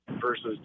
versus